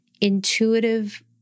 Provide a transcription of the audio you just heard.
intuitive